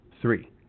Three